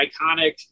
iconic